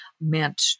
meant